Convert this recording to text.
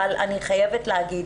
אבל אני חייבת להגיד,